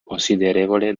considerevole